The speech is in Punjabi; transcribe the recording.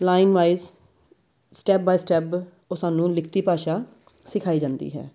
line wise step by step ਉਹ ਸਾਨੂੰ ਲਿਖਤੀ ਭਾਸ਼ਾ ਸਿਖਾਈ ਜਾਂਦੀ ਹੈ